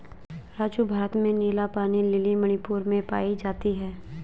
राजू भारत में नीला पानी लिली मणिपुर में पाई जाती हैं